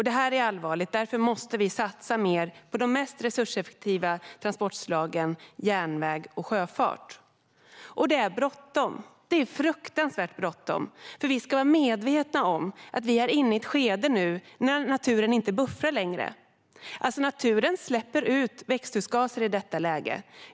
Detta är allvarligt. Därför måste vi satsa mer på de mest resurseffektiva transportslagen, det vill säga järnväg och sjöfart. Det är bråttom - det är fruktansvärt bråttom. Vi måste vara medvetna om att vi nu är inne i ett skede då naturen inte längre buffrar. Naturen släpper i detta läge ut växthusgaser.